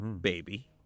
baby